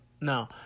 No